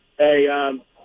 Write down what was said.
Hey